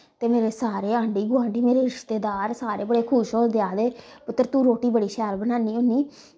ते मेरे सारे आंढी गोआंढी मेरे रिश्तेदार सारे बड़े खुश होंदे आखदे पुत्तर तूं रोटी बड़ी शैल बनान्नी होन्नी